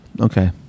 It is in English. Okay